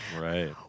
Right